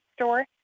store